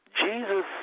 Jesus